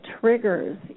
triggers